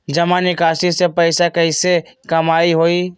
जमा निकासी से पैसा कईसे कमाई होई?